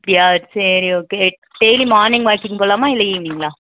அப்படியா சரி okay daily morning walking போகலாமா இல்லை ஈவினிங்களா